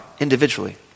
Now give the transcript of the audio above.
individually